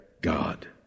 God